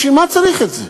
בשביל מה צריך את זה?